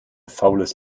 faules